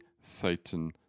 Satan